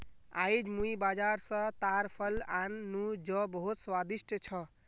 आईज मुई बाजार स ताड़ फल आन नु जो बहुत स्वादिष्ट छ